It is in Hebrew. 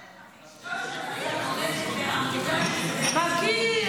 גם אשתו עובדת בעמותה --- חכי,